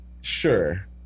Sure